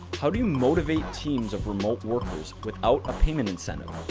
how do you motivate teams of remote workers without a payment incentive?